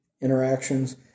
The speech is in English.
interactions